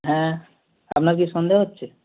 হ্যাঁ আপনার কি সন্দেহ হচ্ছে